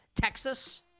Texas